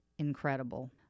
Incredible